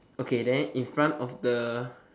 okay than in front of the